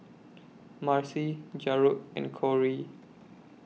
Marcy Jarod and Korey